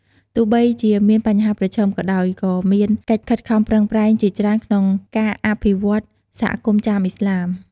ទោះបីជាមានបញ្ហាប្រឈមក៏ដោយ ក៏មានកិច្ចខិតខំប្រឹងប្រែងជាច្រើនក្នុងការអភិវឌ្ឍន៍សហគមន៍ចាមឥស្លាម។